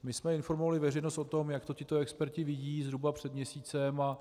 My jsme informovali veřejnost o tom, jak to tito experti vidí, zhruba před měsícem.